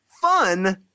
fun